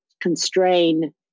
constrain